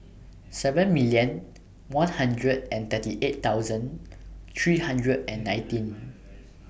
seven million one hundred and thirty eight thousand three hundred and nineteen